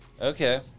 Okay